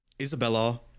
isabella